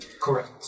Correct